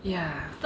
ya